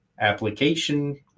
application